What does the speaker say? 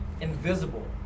invisible